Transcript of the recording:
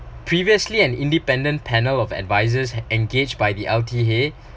previously an independent panel of advisers engaged by the L_T_A